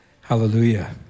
hallelujah